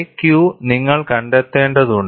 K Q നിങ്ങൾ കണ്ടെത്തേണ്ടതുണ്ട്